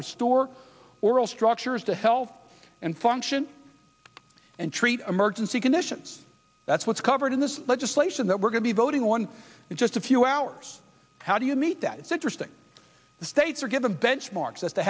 restore oral structures to health and function and treat emergency conditions that's what's covered in this legislation that we're going to be voting on in just a few hours how do you meet that it's interesting the states are given benchmarks as to